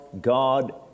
God